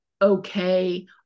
okay